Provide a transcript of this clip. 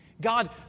God